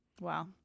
Wow